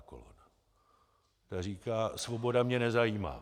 Ta říká: Svoboda mě nezajímá.